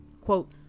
Quote